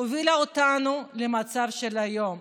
הובילה אותנו למצב של היום.